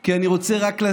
כי אני רוצה רק,